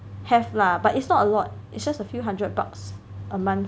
have lah but it's not a lot it's just a few hundred bucks a month